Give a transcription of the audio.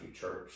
church